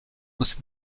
must